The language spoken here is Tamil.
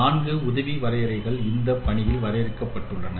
4 உதவி வரையறைகள் இந்த பணியில் வரையறுக்கப்பட்டுள்ளன